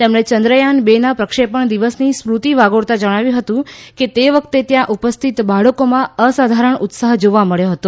તેમણે ચંદ્રયાન બેના પ્રક્ષેપણ દિવસની સ્મૃતિ વાગોળતા જણાવ્યું હતું કે તે વખતે ત્યાં ઉપસ્થિત બાળકોમાં અસાધારણ ઉત્સાહ જોવા મબ્યો હતો